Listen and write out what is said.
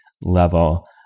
level